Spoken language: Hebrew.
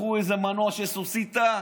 לקחו מנוע של סוסיתא,